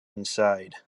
inside